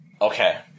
Okay